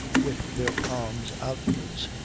with their palms outwards,